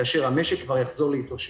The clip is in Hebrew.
כאשר המשק כבר יתאושש.